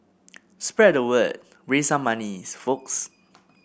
spread the word raise some money's folks